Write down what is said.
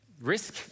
risk